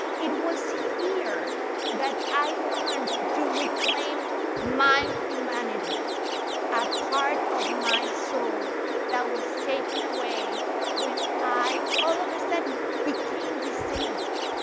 it was here that i learned to reclaim my humanity a part of my soul that was taken away when i, all of a sudden, became disabled.